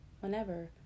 whenever